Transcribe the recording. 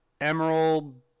Emerald